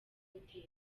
hotel